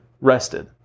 rested